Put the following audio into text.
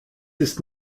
ist